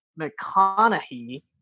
McConaughey